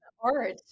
art